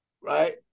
right